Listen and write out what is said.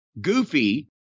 goofy